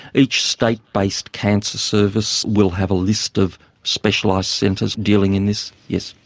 each state-based cancer service will have a list of specialised centres dealing in this, yes.